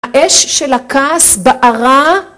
‫האש של הכעס בערה.